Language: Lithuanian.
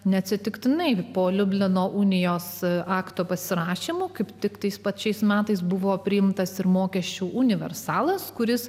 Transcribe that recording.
neatsitiktinai po liublino unijos akto pasirašymo kaip tik tais pačiais metais buvo priimtas ir mokesčių universalas kuris